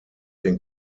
den